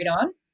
on